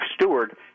steward